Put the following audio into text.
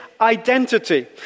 identity